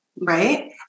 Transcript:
right